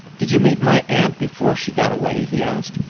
did you meet my aunt before she got away? he asked.